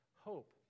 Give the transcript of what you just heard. Hope